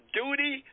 duty